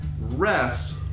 rest